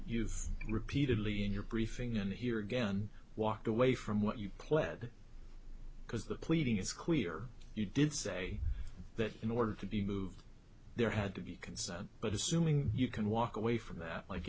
you've repeatedly in your briefing and here again walked away from what you pled because the pleading is clear you did say that in order to be moved there had to be consent but assuming you can walk away from